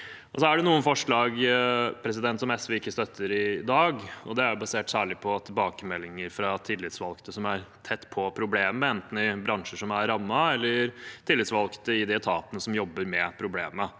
Så er det noen forslag som SV ikke støtter i dag, og det er særlig basert på tilbakemeldinger fra tillitsvalgte som er tett på problemet, enten i bransjer som er rammet, eller tillitsvalgte i de etatene som jobber med problemet.